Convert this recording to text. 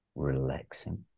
relaxing